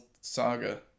saga